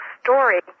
story